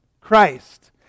Christ